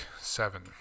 seven